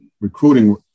recruiting